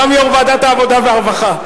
גם יו"ר ועדת העבודה והרווחה.